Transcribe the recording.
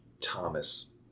Thomas